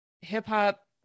hip-hop